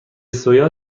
سویا